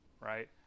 right